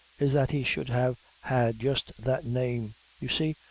is that he should have had just that name. you see,